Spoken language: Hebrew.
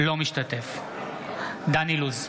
אינו משתתף בהצבעה דן אילוז,